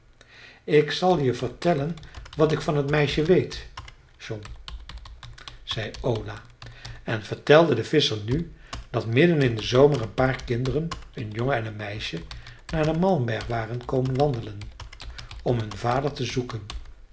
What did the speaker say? ik zal je vertellen wat ik van het meisje weet jon zei ola en vertelde den visscher nu dat midden in den zomer een paar kinderen een jongen en een meisje naar den malmberg waren komen wandelen om hun vader te zoeken